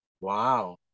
Wow